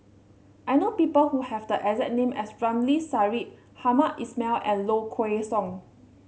I know people who have the exact name as Ramli Sarip Hamed Ismail and Low Kway Song